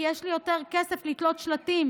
כי יש לי יותר כסף לתלות שלטים.